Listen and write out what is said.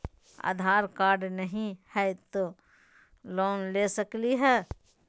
आधार card नही हय, तो लोन ले सकलिये है?